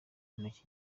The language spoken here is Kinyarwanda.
intoki